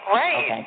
right